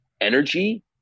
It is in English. energy